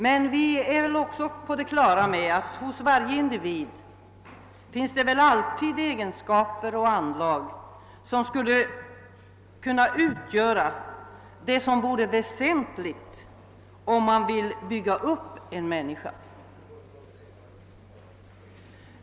Men hos varje individ finns det också egenskaper och anlag som skulle kunna utgöra det som är väsentligast när man vill bygga upp en människa.